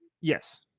Yes